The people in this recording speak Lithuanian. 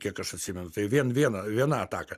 kiek aš atsimenu tai vien viena viena ataka